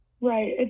Right